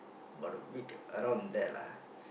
about a week around there lah